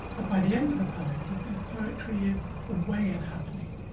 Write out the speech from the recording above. but by the end of the poem he says poetry is a way of happening,